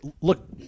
Look